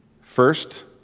First